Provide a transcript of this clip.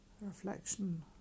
Reflection